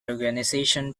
organisation